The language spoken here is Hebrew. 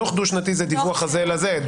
הדו"ח השנתי של הפרקליטות,